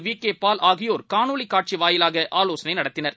விகேபால்ஆகியோர் காணொலிக்காட்சிவாயிலாகஆலோசனைநடத்தினர்